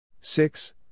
Six